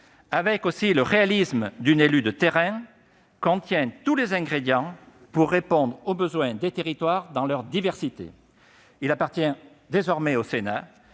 a permis de le faire arriver jusqu'ici, contient tous les ingrédients pour répondre aux besoins des territoires dans leur diversité. Il appartient désormais au Sénat